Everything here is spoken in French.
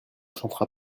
chantera